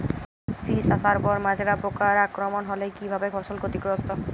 শীষ আসার পর মাজরা পোকার আক্রমণ হলে কী ভাবে ফসল ক্ষতিগ্রস্ত?